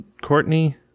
Courtney